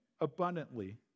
abundantly